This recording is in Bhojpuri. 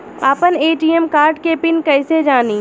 आपन ए.टी.एम कार्ड के पिन कईसे जानी?